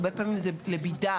הרבה פעמים זה לביד"מ,